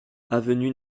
avenue